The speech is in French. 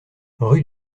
rue